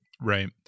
right